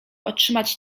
otrzymać